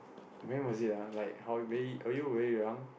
when was it ah like how very were you very young